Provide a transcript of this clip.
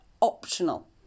Optional